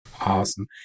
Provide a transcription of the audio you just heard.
awesome